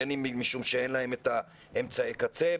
בין אם משום שאין להם את אמצעי הקצה,